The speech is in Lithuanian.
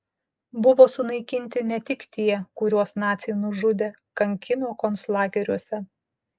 buvo sunaikinti ne tik tie kuriuos naciai nužudė kankino konclageriuose